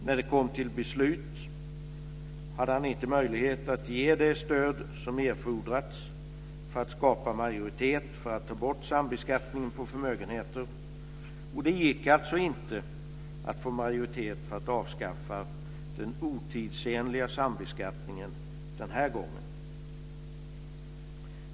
När det kom till beslut hade han inte möjlighet att ge det stöd som erfordrats för att skapa majoritet för att ta bort sambeskattningen på förmögenheten. Det gick alltså inte att få majoritet för att avskaffa den otidsenliga sambeskattningen den här gången.